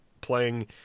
playing